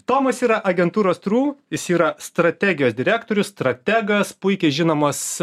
tomas yra agentūros trū jis yra strategijos direktorius strategas puikiai žinomas